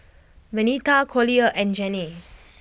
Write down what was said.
Venita Collier and Janae